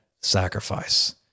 sacrifice